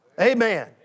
Amen